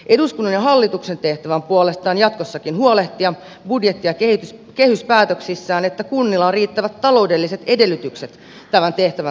eduskunnan ja hallituksen tehtävä on puolestaan jatkossakin huolehtia budjetti ja kehyspäätöksissään että kunnilla on riittävät taloudelliset edellytykset tämän tehtävän toteuttamiseen